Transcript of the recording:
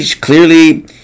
clearly